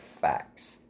facts